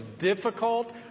difficult